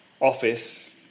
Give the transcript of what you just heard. office